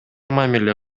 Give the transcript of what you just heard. мамиле